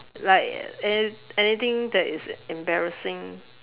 like any anything that is embarrassing